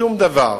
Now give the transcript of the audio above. שום דבר.